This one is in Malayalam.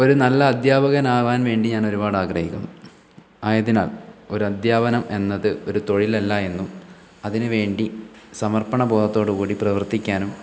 ഒരു നല്ല അധ്യാപകൻ ആവാൻ വേണ്ടി ഞാൻ ഒരുപാട് ആഗ്രഹിക്കുന്നു ആയതിനാൽ ഒരു അധ്യാപനം എന്നത് ഒരു തൊഴിലല്ല എന്നും അതിനു വേണ്ടി സമർപ്പണബോധത്തോടു കൂടി പ്രവർത്തിക്കാനും